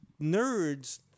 nerds